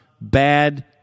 bad